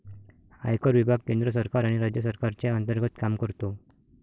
आयकर विभाग केंद्र सरकार आणि राज्य सरकारच्या अंतर्गत काम करतो